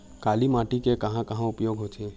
काली माटी के कहां कहा उपयोग होथे?